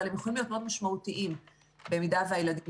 אבל הם יכולים להיות מאוד משמעותיים במידה שהילדים,